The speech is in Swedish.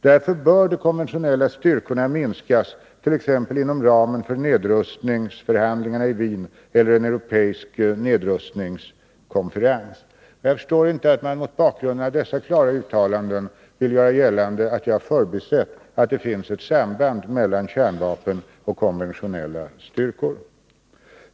Därför bör de konventionella styrkorna minskas, t.ex. inom ramen för nedrustningsförhandlingarna i Wien eller en europeisk nedrustningskonferens. Jag förstår inte att man mot bakgrund av dessa klara uttalanden vill göra gällande att jag förbisett att det finns ett samband mellan kärnvapen och konventionella styrkor.